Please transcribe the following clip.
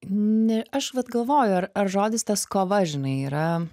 ne aš vat galvoju ar ar žodis tas kova žinai yra